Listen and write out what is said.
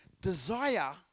desire